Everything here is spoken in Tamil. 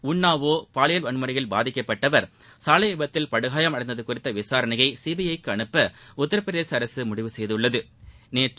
உன்னாவோ பாலியல் வன்முறையில் பாதிக்கப்பட்டவர் சாலை விபத்தில் படுகாயம் அடைந்தது குறித்த விசாரணையை சிபிஐ க்கு அனுப்ப உத்தரப் பிரதேச அரசு முடிவு செய்துள்ளது நேற்று